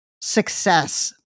success